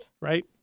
Right